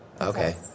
Okay